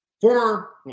former